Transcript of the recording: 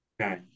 Okay